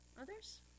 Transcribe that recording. Others